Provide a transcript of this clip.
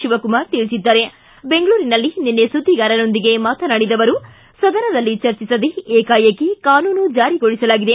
ಶಿವಕುಮಾರ್ ತಿಳಿಸಿದ್ದಾರೆ ಬೆಂಗಳೂರಿನಲ್ಲಿ ನಿನ್ನೆ ಸುದ್ದಿಗಾರರೊಂದಿಗೆ ಮಾತನಾಡಿದ ಅವರು ಸದನದಲ್ಲಿ ಚರ್ಚಿಸದೇ ಏಕಾಏಕಿ ಕಾನೂನು ಜಾರಿಗೊಳಿಸಲಾಗಿದೆ